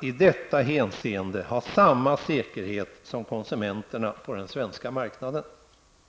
i detta hänseende skall ha samma säkerhet som konsumenterna på den svenska marknaden.